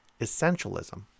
essentialism